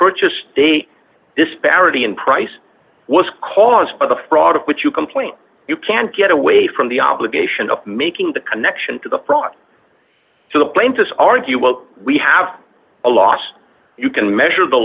purchased a disparity in price was caused by the fraud of which you complain you can't get away from the obligation of making the connection to the fraud so the blame to argue well we have a loss you can measure the